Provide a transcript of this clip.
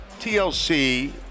TLC